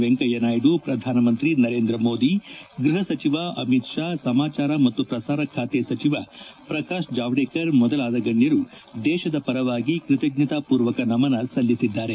ವೆಂಕಯ್ಯ ನಾಯ್ದು ಪ್ರಧಾನಮಂತ್ರಿ ನರೇಂದ್ರ ಮೋದಿ ಗೃಪ ಸಚಿವ ಅಮಿತ್ ಷಾ ಸಮಾಚಾರ ಮತ್ತು ಪ್ರಸಾರ ಖಾತೆ ಸಚಿವ ಪ್ರಕಾಶ್ ಜಾವಡೇಕರ್ ಮೊದಲಾದ ಗಣ್ಣರು ದೇಶದ ಪರವಾಗಿ ಕೃತಜ್ಞತಾ ಪೂರ್ವಕ ನಮನ ಸಲ್ಲಿಸಿದ್ದಾರೆ